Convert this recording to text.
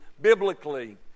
biblically